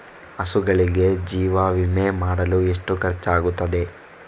ಹಸುಗಳಿಗೆ ಜೀವ ವಿಮೆ ಮಾಡಲು ಎಷ್ಟು ಖರ್ಚಾಗುತ್ತದೆ?